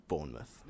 Bournemouth